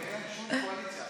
ואין שום קואליציה.